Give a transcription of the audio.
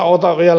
otan vielä